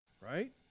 Right